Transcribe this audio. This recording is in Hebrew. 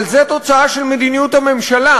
אבל זאת תוצאה של מדיניות הממשלה.